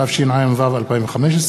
התשע"ו 2015,